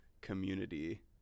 community